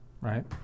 Right